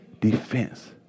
defense